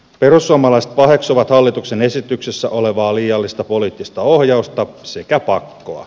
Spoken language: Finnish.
perussuomalaiset paheksuvat hallituksen esityksessä olevaa liiallista poliittista ohjausta sekä pakkoa